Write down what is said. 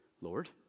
Lord